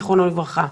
זכרונו לברכה.